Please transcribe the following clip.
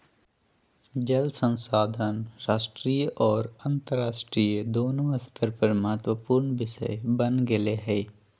जल संसाधन राष्ट्रीय और अन्तरराष्ट्रीय दोनों स्तर पर महत्वपूर्ण विषय बन गेले हइ